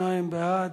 שניים בעד,